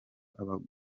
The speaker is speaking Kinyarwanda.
abagore